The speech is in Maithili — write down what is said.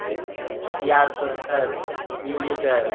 किछु यार दोस्तसँ मिलिकै